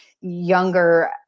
younger